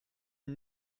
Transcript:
une